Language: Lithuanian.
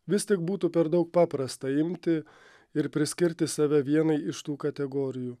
vis tik būtų per daug paprasta imti ir priskirti save vienai iš tų kategorijų